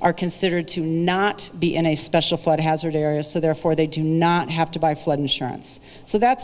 are considered to not be in a special flood hazard area so therefore they do not have to buy flood insurance so that's